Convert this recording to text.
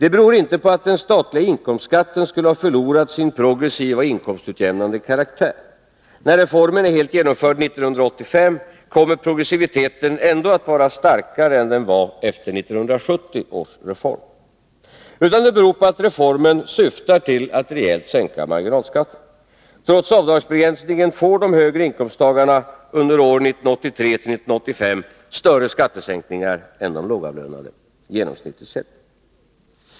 Det beror inte heller på att den statliga inkomstskatten skulle ha förlorat sin progressiva och inkomstutjämnande karaktär. När reformen är helt genomförd 1985 kommer progressiviteten att vara starkare än den var efter 1970 års reform. Utfallet beror i stället på att reformen syftar till att reellt sänka marginalskatten. Trots avdragsbegränsningen och andra motåtgärder får höginkomsttagarna under åren 1983-1985 större skattesänkningar än de lågavlönade, genomsnittligt sett.